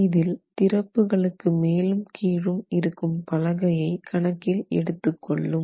இதில் திறப்புகளுக்கு மேலும் கீழும் இருக்கும் பலகையை கணக்கில் எடுத்துக்கொள்ளும்